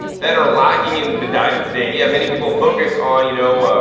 that are lacking in the diet of today. yeah many people focus on, you know,